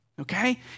Okay